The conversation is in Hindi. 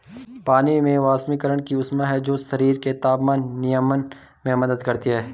पानी में वाष्पीकरण की ऊष्मा है जो शरीर के तापमान नियमन में मदद करती है